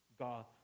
God